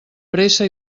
pressa